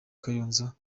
kayonza